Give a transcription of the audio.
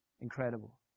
Incredible